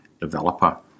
developer